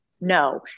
No